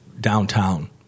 downtown